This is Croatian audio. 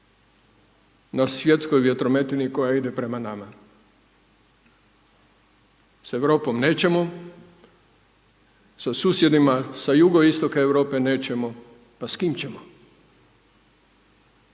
na svjetskoj vjetrometini koja ide prema nama? S Europom nećemo, sa susjedima sa jugoistoka Europe nećemo, pa s kim ćemo?